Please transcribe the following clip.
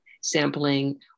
sampling